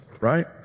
right